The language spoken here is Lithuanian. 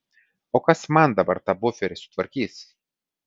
o kas man dabar tą buferį sutvarkys